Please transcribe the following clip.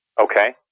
Okay